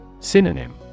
Synonym